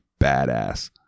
badass